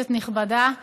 כנסת נכבדה,